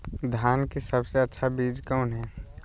धान की सबसे अच्छा बीज कौन है?